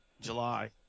July